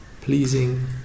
pleasing